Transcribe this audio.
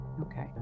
Okay